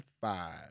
five